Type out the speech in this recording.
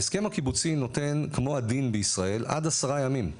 ההסכם הקיבוצי נותן כמו הדין בישראל עד עשרה ימים,